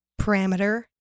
parameter